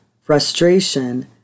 frustration